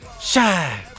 Shine